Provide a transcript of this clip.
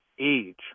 age